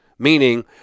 Meaning